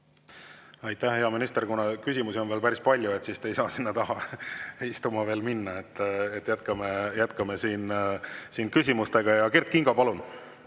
Aitäh, hea minister! Kuna küsimusi on veel päris palju, siis te ei saa sinna taha istuma veel minna. Jätkame küsimustega. Kert Kingo, palun!